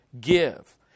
give